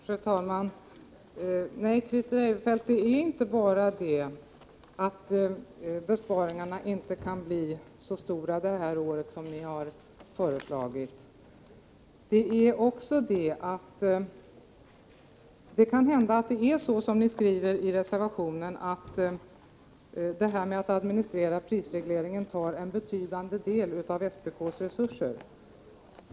Fru talman! Nej, Christer Eirefelt, det är inte bara det att besparingarna inte kan bli så stora det här året som ni har föreslagit. Det kan hända att det är så som ni skriver i reservationen, att administrering av prisregleringen tar en betydande del av SPK:s resurser.